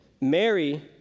Mary